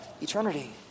eternity